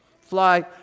fly